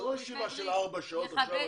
4,500